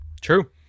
True